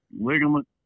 ligament